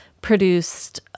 produced